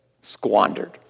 squandered